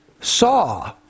saw